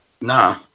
no